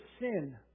sin